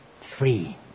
free